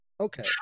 okay